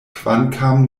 kvankam